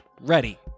Ready